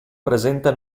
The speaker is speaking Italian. presenta